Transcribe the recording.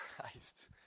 Christ